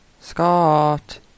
Scott